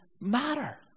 matter